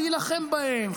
להילחם בהם,